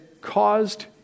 caused